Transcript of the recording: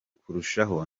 kurushaho